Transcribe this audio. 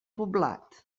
poblat